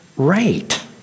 Right